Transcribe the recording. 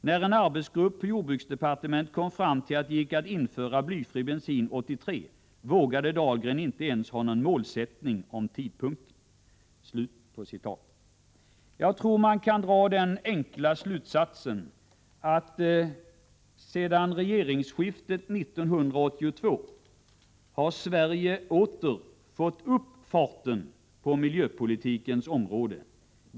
När en arbetsgrupp i jordbruksdepartementet kom fram till att det gick att införa blyfri bensin 1983 vågade Dahlgren inte ens ha någon målsättning om tidpunkten.” Jag tror att man kan dra den enkla slutsatsen att sedan regeringsskiftet 1982 har Sverige åter fått upp farten på miljöpolitikens område.